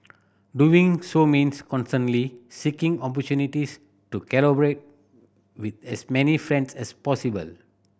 doing so means constantly seeking opportunities to collaborate with as many friends as possible